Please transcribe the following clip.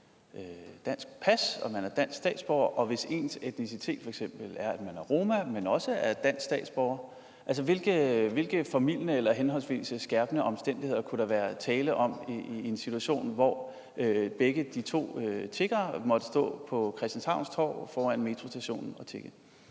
dansk pas og er dansk statsborger, og en, hvis etnicitet f.eks. er, at vedkommende er roma, men også er dansk statsborger. Hvilke formildende henholdsvis skærpende omstændigheder kunne der så være tale om i en situation, hvor begge de tiggere måtte stå på Christianshavns Torv foran metrostationen og tigge?